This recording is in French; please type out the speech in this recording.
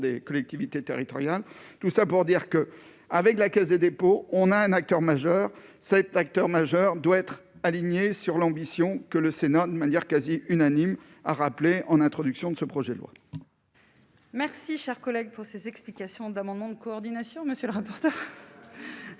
des collectivités territoriales, tout ça pour dire que, avec la Caisse des dépôts, on a un acteur majeur cet acteur majeur doit être aligné sur l'ambition que le Sénat, de manière quasi unanime a rappelé en introduction de ce projet de loi. Merci, cher collègue, pour ces explications d'amendement de coordination, monsieur le rapporteur.